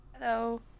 Hello